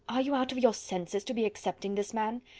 are you out of your senses, to be accepting this man?